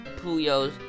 Puyos